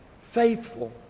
faithful